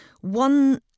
one